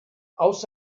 aus